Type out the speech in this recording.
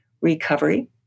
recovery